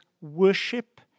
worship